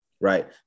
Right